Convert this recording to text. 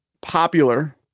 popular